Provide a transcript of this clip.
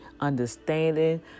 understanding